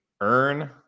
earn